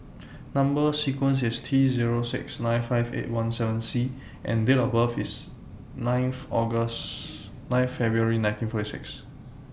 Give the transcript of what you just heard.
Number sequence IS T Zero six nine five eight one seven C and Date of birth IS ninth February nineteen forty six